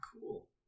Cool